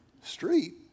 street